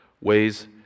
ways